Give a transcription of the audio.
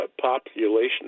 population